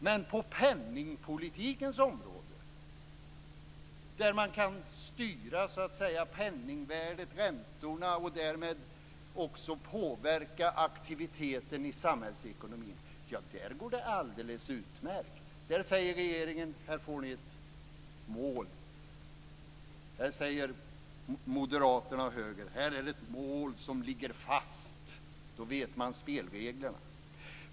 Men på penningpolitikens område, där man kan styra penningvärdet, räntorna och därmed också påverka aktiviteten i samhällsekonomin, går det alldeles utmärkt. Där säger regeringen: Här får ni ett mål. Moderaterna och högern säger: Här är ett mål som ligger fast, då vet man spelreglerna.